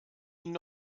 ihnen